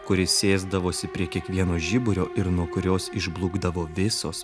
kuri sėsdavosi prie kiekvieno žiburio ir nuo kurios išblukdavo visos